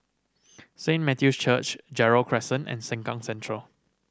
Saint Matthew's Church Gerald Crescent and Sengkang Central